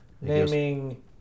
Naming